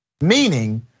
meaning